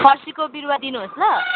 फर्सीको बिरुवा दिनुहोस् ल